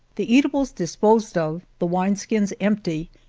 the eatables disposed of, the wine-skins empty,